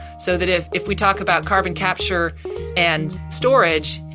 so that if if we talk about carbon capture and storage,